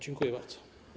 Dziękuję bardzo.